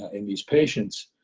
in these patients